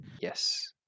Yes